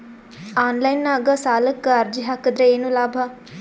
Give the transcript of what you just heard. Online ನಾಗ್ ಸಾಲಕ್ ಅರ್ಜಿ ಹಾಕದ್ರ ಏನು ಲಾಭ?